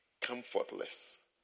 comfortless